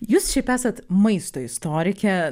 jūs šiaip esat maisto istorikė